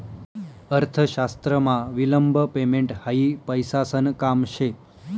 अर्थशास्त्रमा विलंब पेमेंट हायी पैसासन काम शे